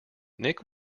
nick